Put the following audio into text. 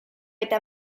eta